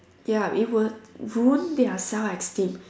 ya it will ruin their self esteem